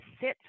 sit